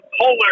polar